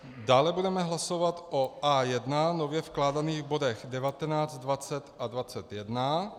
Dále budeme hlasovat o A1, nově vkládaných bodech 19, 20 a 21.